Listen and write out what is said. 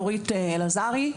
נורית אלעזרי,